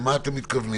למה אתם מתכוונים?